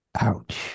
ouch